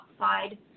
outside